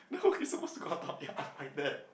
no it supposed to go up ya like that